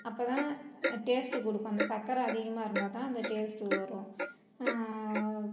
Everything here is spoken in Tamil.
அப்போ தான் டேஸ்ட்டு கொடுக்கும் அந்த சக்கரை அதிகமாக இருந்தால் தான் அந்த டேஸ்ட்டு வரும்